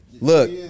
Look